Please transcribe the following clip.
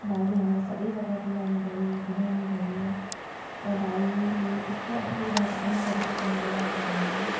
भाइले हामीलाई सबै जग्गा डुलाउनु भयो घुमाउनु भयो र भाइले यस्तो अप्ठ्यारो बाटो पनि सजिलोसँगले लानु भयो